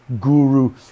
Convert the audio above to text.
guru